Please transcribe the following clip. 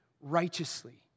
Righteously